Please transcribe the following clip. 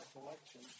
collection